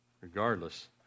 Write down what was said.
regardless